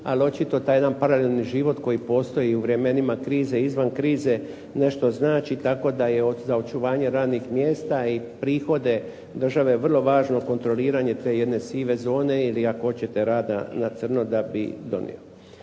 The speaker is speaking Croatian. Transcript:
Ali očito taj jedan paralelni život koji postoji u vremenima krize i izvan krize nešto znači, tako da je za očuvanje radnih mjesta i prihode države vrlo važno kontroliranje te jedne sive zone ili ako hoćete rada na crno da bi donio.